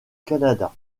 canada